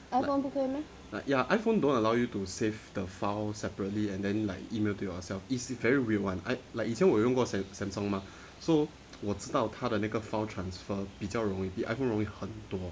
iphone 不可以 meh